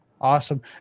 awesome